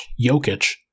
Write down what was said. Jokic